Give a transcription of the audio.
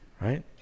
right